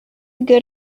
good